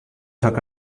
took